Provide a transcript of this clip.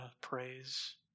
praise